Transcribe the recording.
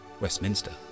Westminster